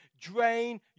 drain